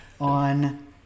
on